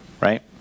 right